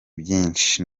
byinshi